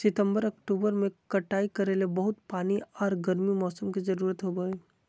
सितंबर, अक्टूबर में कटाई करे ले बहुत पानी आर गर्म मौसम के जरुरत होबय हइ